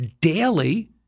daily